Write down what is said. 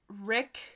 rick